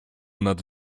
nad